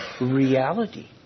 reality